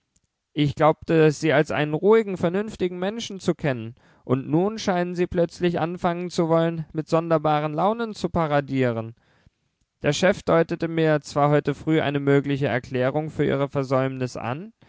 ich glaubte sie als einen ruhigen vernünftigen menschen zu kennen und nun scheinen sie plötzlich anfangen zu wollen mit sonderbaren launen zu paradieren der chef deutete mir zwar heute früh eine mögliche erklärung für ihre versäumnis an